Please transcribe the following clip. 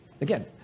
Again